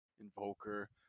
Invoker